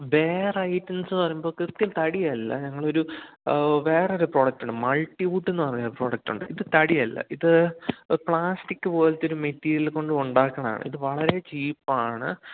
വേറെ ഐറ്റംസെന്നു പറയുമ്പോൾ കൃത്യം തടിയല്ല ഞങ്ങളൊരു വേറൊരു പ്രൊഡക്ടുണ്ട് മൾട്ടി വുഡ്ഡെന്നു പറഞ്ഞ പ്രൊഡക്ടുണ്ട് ഇത് തടിയല്ല ഇത് പ്ലാസ്റ്റിക് പോലത്തൊരു മെറ്റീരിയൽ കൊണ്ട് ഉണ്ടാക്കുന്നതാണ് ഇതു വളരെ ചീപ്പാണ്